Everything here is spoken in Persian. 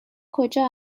کجا